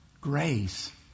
grace